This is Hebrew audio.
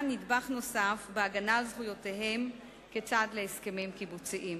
נדבך נוסף בהגנה על זכויותיהם כצד להסכמים קיבוציים.